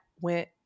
went